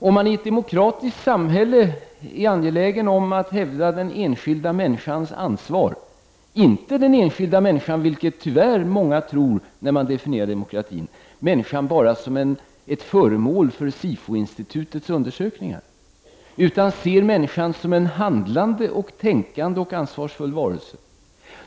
När man definierar demokratin utgår man, tror jag, många gånger enbart från den enskilda människan såsom ett föremål för Sifo-institutets undersökningar. I ett demokratiskt samhälle bör man i stället vara angelägen om att hävda den enskildes ansvar och se människan som en handlande, tänkande och ansvarsfull varelse.